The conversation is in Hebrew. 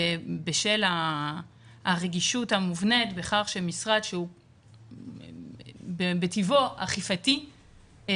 בשל הרגישות המובנית בכך שמשרד שהוא מטבעו אכיפתי,